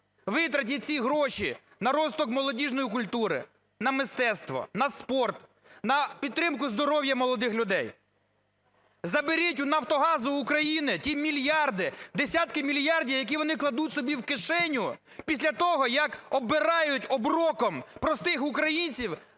Витратіть ці гроші на розвиток молодіжної культури, на мистецтво, на спорт, на підтримку здоров'я молодих людей. Заберіть у "Нафтогазу України" ті мільярди, десятки мільярдів, які вони кладуть собі в кишеню після того, як оббирають оброком простих українців